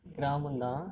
கிராமம் தான்